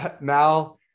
now